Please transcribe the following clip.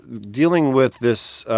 dealing with this